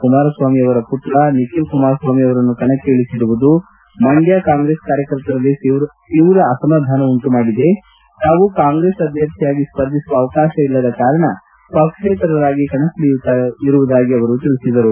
ಕುಮಾರಸ್ವಾಮಿ ಪುತ್ರ ನಿಖಿಲ್ ಕುಮಾರಸ್ವಾಮಿ ಅವರನ್ನು ಕಣಕ್ಕೆ ಇಳಿಸಿರುವುದು ಮಂಡ್ಯ ಕಾಂಗ್ರೆಸ್ ಕಾರ್ಯಕರ್ತರಲ್ಲಿ ತೀವ್ರ ಅಸಮಾಧಾನ ಉಂಟು ಮಾಡಿದೆ ತಾವು ಕಾಂಗ್ರೆಸ್ ಅಭ್ಯರ್ಥಿಯಾಗಿ ಸ್ಪರ್ಧಿಸುವ ಅವಕಾಶ ಇಲ್ಲದ ಕಾರಣ ಪಕ್ಷೇತರರಾಗಿ ಕಣಕ್ಕಿಳಿಯುವುದಾಗಿ ಅವರು ತಿಳಿಸಿದರು